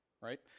right